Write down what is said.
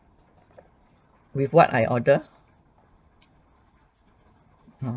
with what I ordered